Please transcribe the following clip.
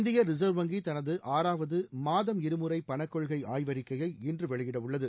இந்திய ரிசர்வ் வங்கி தனது ஆறாவது மாதம் இருமுறை பணக்கொள்கை ஆய்வறிக்கையை இன்று வெளியிடவுள்ளது